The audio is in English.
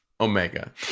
Omega